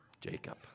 Jacob